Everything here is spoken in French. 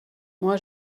moi